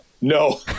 No